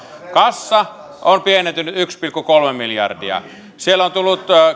kassa on pienentynyt yksi pilkku kolme miljardia siellä on tullut